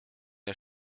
der